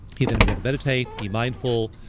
he then began to meditate, be mindful,